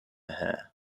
hair